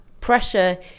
pressure